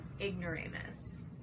ignoramus